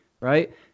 right